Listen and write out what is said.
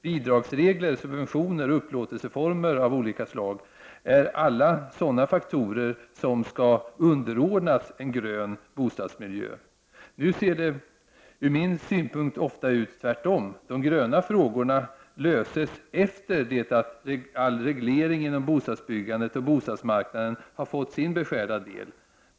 Bidragsregler, subventioner och upplåtelseformer av olika slag är alla sådana faktorer som skall underordnas en grön bostadsmiljö. Nu ser det från min synpunkt ofta ut tvärtom: de gröna frågorna löses efter det att all reglering inom bostadsbyggandet och bostadsmarknaden har fått sin beskärda del.